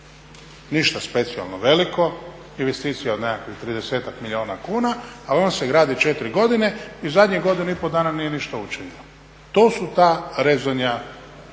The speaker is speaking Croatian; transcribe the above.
Ništa specijalno veliko, investicija od nekakvih 30-tak milijuna kuna, ali ona se gradi 4 godine i zadnjih godinu i pol dana nije ništa učinjeno. To su ta rezanja